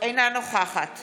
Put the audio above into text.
אינה נוכחת